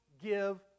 give